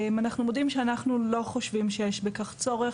אנחנו מודים שאנחנו לא חושבים שיש בכך צורך,